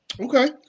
Okay